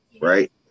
right